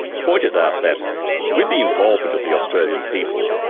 pointed out that with the involvement of the australian people,